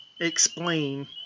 explain